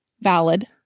valid